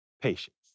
patience